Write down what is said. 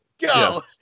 go